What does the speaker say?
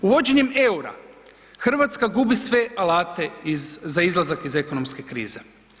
Uvođenjem eura Hrvatska gubi sve alate za izlazak iz ekonomske krize.